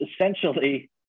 essentially